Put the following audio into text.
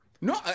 No